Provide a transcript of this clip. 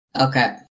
Okay